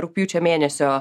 rugpjūčio mėnesio